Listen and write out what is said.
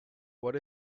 what